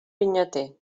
vinyater